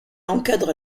encadre